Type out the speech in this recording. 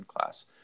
class